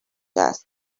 است